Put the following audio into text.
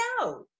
no